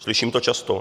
Slyším to často.